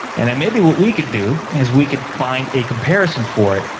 and and maybe what we could do is we could find a comparison for it.